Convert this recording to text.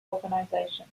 organization